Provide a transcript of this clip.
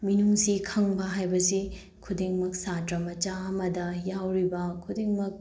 ꯃꯤꯅꯨꯡꯁꯤ ꯈꯪꯕ ꯍꯥꯏꯕꯁꯤ ꯈꯨꯗꯤꯡꯃꯛ ꯁꯥꯇ꯭ꯔ ꯃꯆꯥ ꯑꯃꯗ ꯌꯥꯎꯔꯤꯕ ꯈꯨꯗꯤꯡꯃꯛ